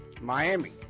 Miami